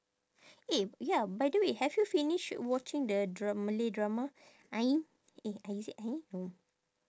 eh ya by the way have you finish watching the dram~ malay drama eh is it no